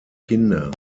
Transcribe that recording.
kinder